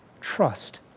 trust